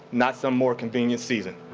not some more convenient season.